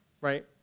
right